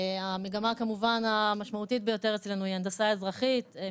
המגמה המשמעותית ביותר אצלנו היא הנדסה אזרחית,